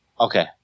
Okay